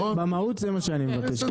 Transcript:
במהות זה מה שאני מבקש.